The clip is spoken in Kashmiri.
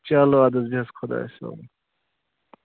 چَلو اَدٕ حظ بیٚہہ حظ خۄدایس حَوال